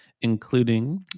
including